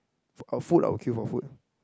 food food I will queue my food